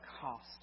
cost